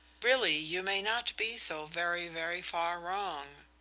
really you may not be so very, very far wrong.